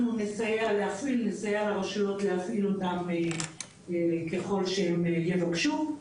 אנחנו נסייע לרשויות להפעיל אותם ככל שהם יבקשו.